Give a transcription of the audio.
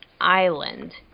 island